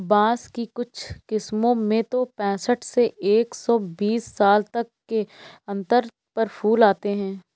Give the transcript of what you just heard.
बाँस की कुछ किस्मों में तो पैंसठ से एक सौ बीस साल तक के अंतर पर फूल आते हैं